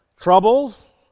troubles